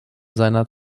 seiner